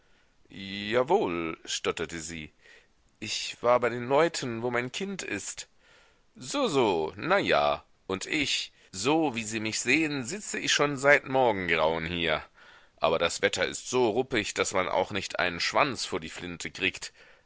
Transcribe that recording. jawohl stotterte sie ich war bei den leuten wo mein kind ist so so na ja und ich so wie sie mich sehen sitze ich schon seit morgengrauen hier aber das wetter ist so ruppig daß man auch nicht einen schwanz vor die flinte kriegt